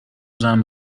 بزنن